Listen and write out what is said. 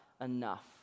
enough